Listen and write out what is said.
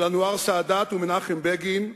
של אנואר סאדאת ומנחם בגין.